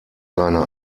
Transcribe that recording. seine